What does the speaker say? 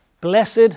Blessed